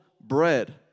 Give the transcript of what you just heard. bread